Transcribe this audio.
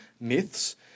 myths